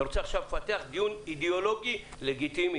אתה רוצה לפתח עכשיו דיון אידיאולוגי לגיטימי,